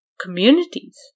communities